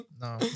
No